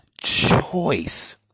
choice